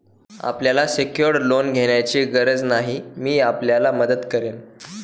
आपल्याला secured loan घेण्याची गरज नाही, मी आपल्याला मदत करेन